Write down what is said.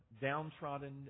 downtrodden